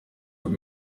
were